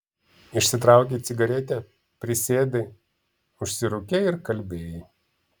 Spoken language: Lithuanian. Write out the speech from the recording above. išsitraukei cigaretę prisėdai užsirūkei ir kalbėjai